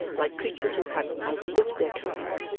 like creatures who had outlived their kind,